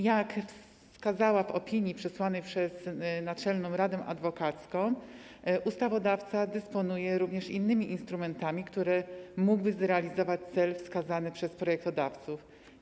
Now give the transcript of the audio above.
Jak wskazano w opinii przysłanej przez Naczelną Radę Adwokacką, ustawodawca dysponuje również innymi instrumentami, za pomocą których mógłby zrealizować cel wskazany przez projektodawców.